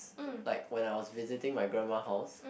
like when I was visiting my grandma house